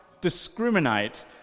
discriminate